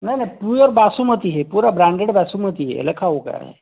नहीं नहीं प्योर बासमती है पूरा ब्रांडेड बासमती है लिखा हुआ है